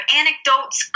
anecdotes